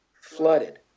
flooded